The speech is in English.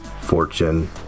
Fortune